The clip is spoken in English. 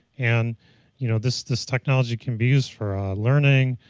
and you know this this technology can be used for learning,